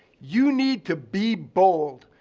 you need to be bold.